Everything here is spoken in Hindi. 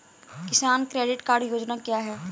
किसान क्रेडिट कार्ड योजना क्या है?